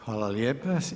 Hvala lijepa.